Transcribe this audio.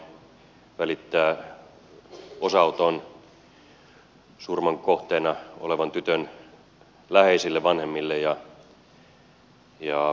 valtioneuvoston puolesta haluan välittää osanoton surman kohteena olevan tytön läheisille vanhemmille ja ystäville